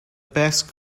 best